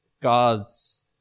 God's